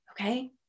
Okay